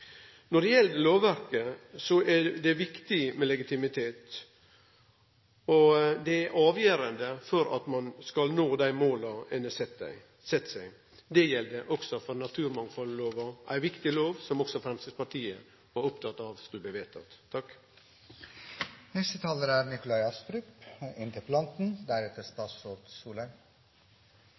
Når det gjeld lovverket, er det viktig med legitimitet, og det er avgjerande for at ein skal nå dei måla ein har sett seg. Det gjeld òg for naturmangfoldloven – ein viktig lov, som også Framstegspartiet var oppteke av